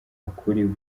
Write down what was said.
akuriwe